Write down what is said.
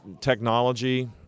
technology